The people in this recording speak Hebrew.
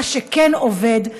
מה שכן עובד,